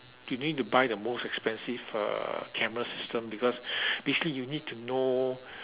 you need to buy the most expensive uh camera system because basically you need to know